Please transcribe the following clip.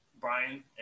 Brian